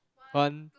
one